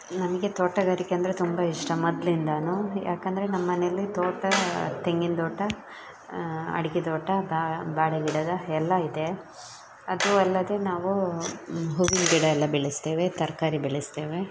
ನಮಗೆ ತೋಟಗಾರಿಕೆ ಅಂದರೆ ತುಂಬ ಇಷ್ಟ ಮೊದ್ಲಿಂದನೂ ಯಾಕೆಂದ್ರೆ ನಮ್ಮ ಮನೇಲಿ ತೋಟ ತೆಂಗಿನ ತೋಟ ಅಡಿಕೆ ತೋಟ ಬಾಳೆಗಿಡದ ಎಲ್ಲಾ ಇದೆ ಅದು ಅಲ್ಲದೆ ನಾವು ಹೂವಿನ ಗಿಡ ಎಲ್ಲ ಬೆಳೆಸ್ತೇವೆ ತರಕಾರಿ ಬೆಳೆಸ್ತೇವೆ